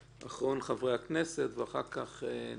אחרון חברי הכנסת, ואז נעבור לגופים.